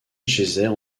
geysers